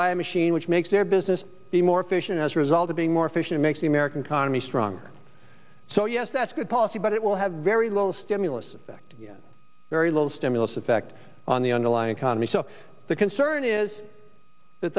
buy a machine which makes their business be more efficient as a result of being more efficient makes the american economy stronger so yes that's good policy but it will have very little stimulus effect very little stimulus effect on the underlying economy so the concern is that